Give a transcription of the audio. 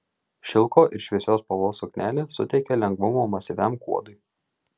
šilko ir šviesios spalvos suknelė suteikia lengvumo masyviam kuodui